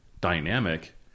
dynamic